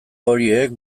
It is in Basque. horiek